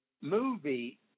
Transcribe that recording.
movie